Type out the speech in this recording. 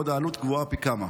בעוד העלות גבוהה פי כמה.